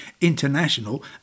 international